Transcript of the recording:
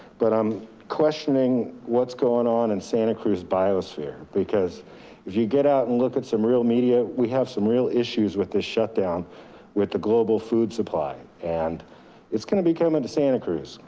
but i'm questioning what's going on in and santa cruz biosphere. because if you get out and look at some real media, we have some real issues with this shutdown with the global food supply, and it's gonna be coming to santa cruz.